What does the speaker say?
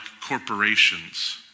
corporations